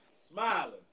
smiling